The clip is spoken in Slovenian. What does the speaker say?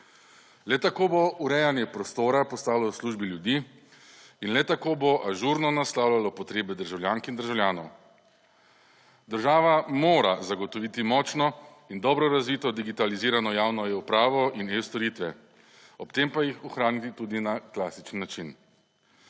Le tako bo urejanje prostora postalo v službi ljudi in le tako bo ažurno naslavljalo potrebe državljank in državljanov. Država mora zagotoviti močno in dobro razvito digitalizirano javno e-upravo in e-storitve, **43. TRAK: (NB) – 13.30** (Nadaljevanje)